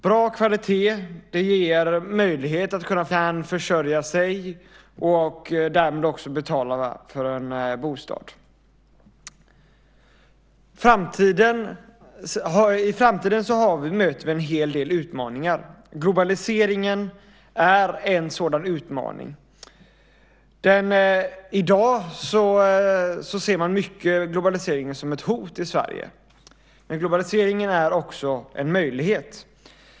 Bra kvalitet ger möjlighet att få ett arbete efter det att man har tagit examen, ett arbete som gör att man kan försörja sig och därmed också betala för en bostad. I framtiden möter vi en hel del utmaningar. Globaliseringen är en sådan utmaning. I dag ser man mycket globaliseringen som ett hot i Sverige, men globaliseringen är också en möjlighet.